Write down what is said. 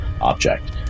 object